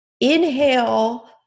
inhale